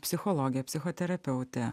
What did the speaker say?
psichologė psichoterapeutė